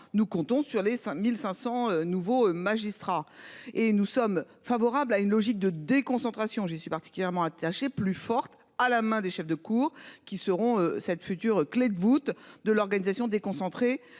nous comptons sur les 5500 nouveaux magistrats. Et nous sommes favorables à une logique de déconcentration, j'y suis particulièrement attaché plus forte à la main des chefs de cour qui seront cette future clé de voûte de l'organisation des concentrés.